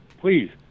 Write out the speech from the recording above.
please